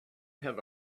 have